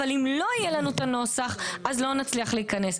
אבל אם לא יהיה לנו את הנוסח אז לא נצליח להיכנס.